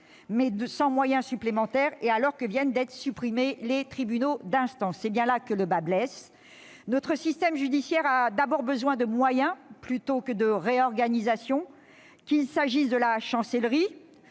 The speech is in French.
mais sans moyens supplémentaires, et alors que viennent d'être supprimés les tribunaux d'instance. C'est bien là que le bât blesse. Notre système judiciaire a d'abord besoin de moyens plutôt que de réorganisation, qu'il s'agisse de la Chancellerie